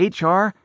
HR